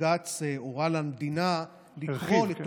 בג"ץ פשוט הורה למדינה לכלול, הרחיב.